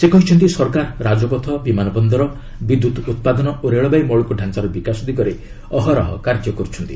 ସେ କହିଛନ୍ତି ସରକାର ରାଜପଥ ବିମାନ ବନ୍ଦର ବିଦ୍ୟୁତ୍ ଉତ୍ପାଦନ ଓ ରେଳବାଇ ମୌଳିକ ଢ଼ାଞାର ବିକାଶ ଦିଗରେ ଅହରହ କାର୍ଯ୍ୟ କରୁଛନ୍ତି